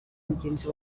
mugenzi